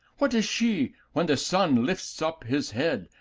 what is she, when the sun lifts up his head,